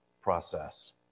process